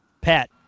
Pat